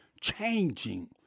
changing